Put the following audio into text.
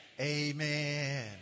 amen